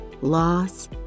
loss